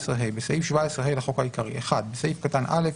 סעיף 17ה2.בסעיף 17ה לחוק העיקרי - בסעיף קטן (א),